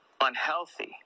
unhealthy